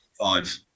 Five